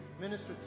minister